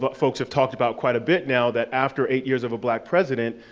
but folks have talked about quite a bit now, that after eight years of a black president,